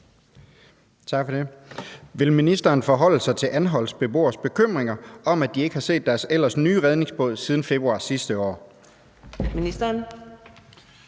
Vil ministeren forholde sig til Anholts beboeres bekymringer om, at de ikke har set deres ellers nye redningsbåd siden februar sidste år?